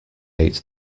ate